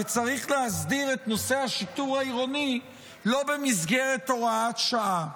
כי צריך להסדיר את נושא השיטור העירוני לא במסגרת הוראת שעה.